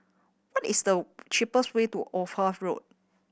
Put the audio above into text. what is the cheapest way to Ophir Road